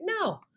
No